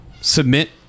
submit